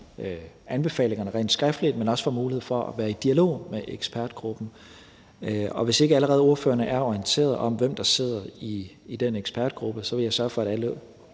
i anbefalingerne rent skriftligt, men også får mulighed for at være i dialog med ekspertgruppen. Og hvis ikke ordførerne allerede er orienteret om, hvem der sidder i den ekspertgruppe, vil jeg sørge for, at alle